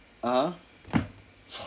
(uh huh)